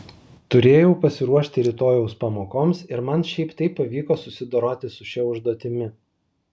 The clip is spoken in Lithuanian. turėjau pasiruošti rytojaus pamokoms ir man šiaip taip pavyko susidoroti su šia užduotimi